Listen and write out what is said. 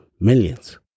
Millions